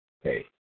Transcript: hey